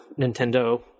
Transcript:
Nintendo